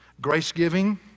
Grace-giving